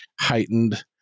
heightened